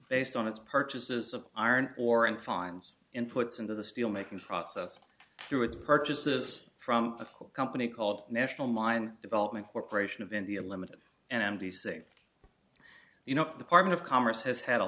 based on its purchases of iron ore and fines in puts into the steel making process through its purchases from a company called national mine development corporation of india limited and the sick you know the part of congress has had a